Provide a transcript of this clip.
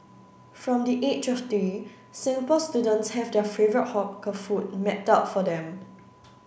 from the age of three Singapore students have their favourite hawker food mapped out for them